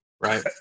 Right